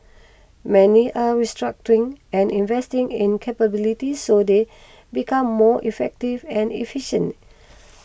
many are restructuring and investing in capabilities so they become more effective and efficient